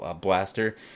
blaster